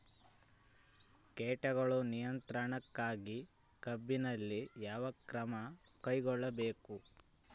ಕೇಟ ನಿಯಂತ್ರಣಕ್ಕಾಗಿ ಕಬ್ಬಿನಲ್ಲಿ ಯಾವ ಕ್ರಮ ಕೈಗೊಳ್ಳಬೇಕು?